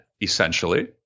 essentially